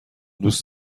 دوست